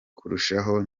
kurushaho